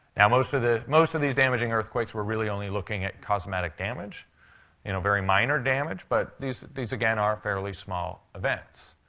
now, most of the most of these damaging earthquakes were really only looking at cosmetic damage you know, very minor damage. but these these again are fairly small events.